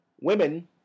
women